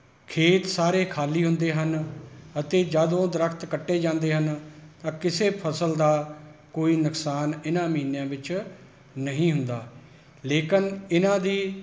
ਖੇਤ ਸਾਰੇ ਖ਼ਾਲੀ ਹੁੰਦੇ ਹਨ ਅਤੇ ਜਦੋਂ ਦਰਖ਼ਤ ਕੱਟੇ ਜਾਂਦੇ ਹਨ ਤਾਂ ਕਿਸੇ ਫ਼ਸਲ ਦਾ ਕੋਈ ਨੁਕਸਾਨ ਇਹਨਾਂ ਮਹੀਨਿਆਂ ਵਿੱਚ ਨਹੀਂ ਹੁੰਦਾ ਲੇਕਿਨ ਇਹਨਾਂ ਦੀ